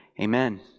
amen